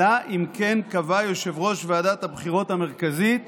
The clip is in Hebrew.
אלא אם כן קבע יושב-ראש ועדת הבחירות המרכזית